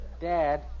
Dad